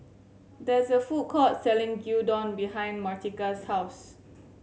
there is a food court selling Gyudon behind Martika's house